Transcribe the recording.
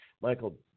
Michael